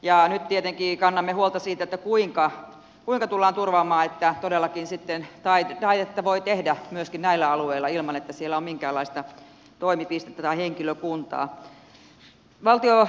nyt tietenkin kannamme huolta siitä kuinka tullaan turvaamaan että todellakin sitten taidetta voi tehdä myöskin näillä alueilla ilman että siellä on minkäänlaista toimipistettä tai henkilökuntaa